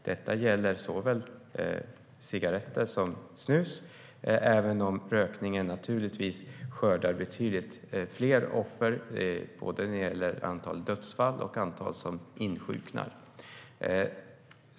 Det gäller såväl cigaretter som snus, även om rökningen naturligtvis skördar betydligt fler offer när det gäller både antal dödsfall och antal insjuknade.